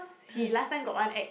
he last time got one ex